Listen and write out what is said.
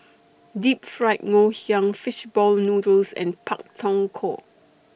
Deep Fried Ngoh Hiang Fish Ball Noodles and Pak Thong Ko